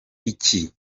iki